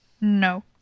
No